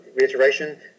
reiteration